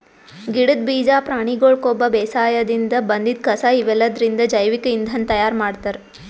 ಗಿಡದ್ ಬೀಜಾ ಪ್ರಾಣಿಗೊಳ್ ಕೊಬ್ಬ ಬೇಸಾಯದಿನ್ದ್ ಬಂದಿದ್ ಕಸಾ ಇವೆಲ್ಲದ್ರಿಂದ್ ಜೈವಿಕ್ ಇಂಧನ್ ತಯಾರ್ ಮಾಡ್ತಾರ್